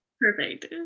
Perfect